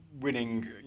winning